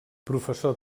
professor